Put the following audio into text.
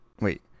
wait